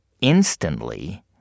instantly